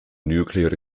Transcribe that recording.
nuclear